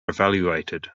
evaluated